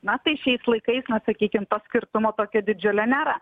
na tai šiais laikais na sakykim to skirtumo tokio didžiulio nėra